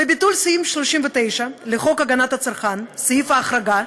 ביטול סעיף 39 לחוק הגנת הצרכן, סעיף ההחרגה,